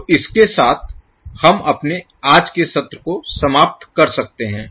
तो इसके साथ हम अपने आज के सत्र को समाप्त कर सकते हैं